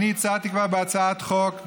אני הצעתי כבר בהצעת חוק,